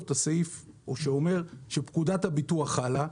את הסעיף כך שהוא אומר שפקודת הביטוח חלה,